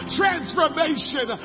transformation